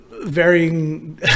varying